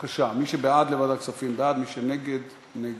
בבקשה, מי שבעד לוועדת כספים, בעד, מי שנגד, נגד.